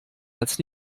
als